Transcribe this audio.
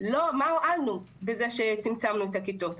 מה הועלנו בזה שצמצמנו את הכיתות?